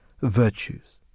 virtues